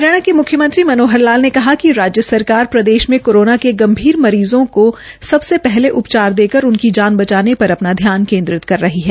हरियाणा के मुख्यमंत्री मनोहर लाल ने कहा कि राज्य सरकार प्रदेश में कोरोना के गंभीर मरीज़ों को सबसे पहले उपचार देकर उनकी जान बचाने पर अपना ध्यान केन्द्रित कर रही है